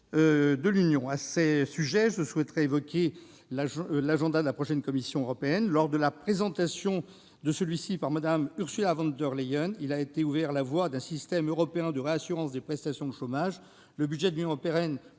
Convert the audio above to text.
de l'Union. À ce sujet, je souhaiterais évoquer l'agenda de la prochaine Commission européenne. Lors de la présentation de celui-ci par Mme Ursula Von der Leyen, a été ouverte la voie vers la mise en place d'un système européen de réassurance des prestations chômage. Le budget de l'Union européenne